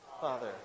Father